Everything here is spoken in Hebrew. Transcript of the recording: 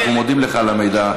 אנחנו מודים לך על המידע.